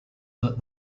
that